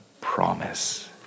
promise